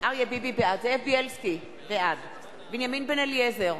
זאב בילסקי, בעד בנימין בן-אליעזר,